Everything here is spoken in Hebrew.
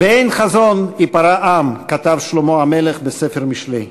"באין חזון יפָרע עם", כתב שלמה המלך בספר משלי,